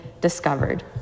discovered